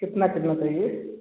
कितना किलो चाहिए